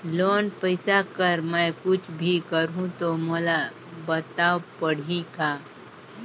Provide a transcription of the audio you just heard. Loan पइसा कर मै कुछ भी करहु तो मोला बताव पड़ही का?